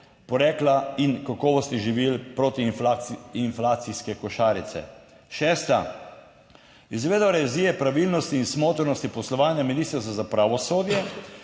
in kakovosti živil protiinflacijske košarice. Šesta, izvedba revizije pravilnosti in smotrnosti poslovanja Ministrstva za pravosodje